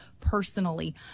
personally